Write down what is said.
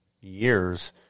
years